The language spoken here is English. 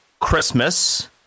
Christmas